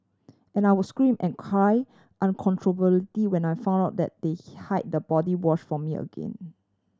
and I would scream and cry when I found out that they hid the body wash from me again